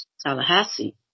Tallahassee